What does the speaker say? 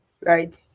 Right